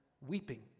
weeping